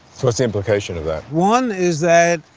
what's the implication of that? one is that,